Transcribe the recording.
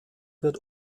wird